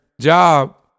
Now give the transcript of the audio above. job